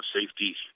safety